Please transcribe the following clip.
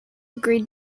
agreed